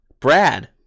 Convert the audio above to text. Brad